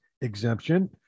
exemption